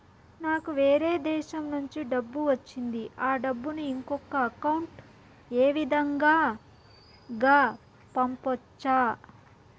నాకు వేరే దేశము నుంచి డబ్బు వచ్చింది ఆ డబ్బును ఇంకొక అకౌంట్ ఏ విధంగా గ పంపొచ్చా?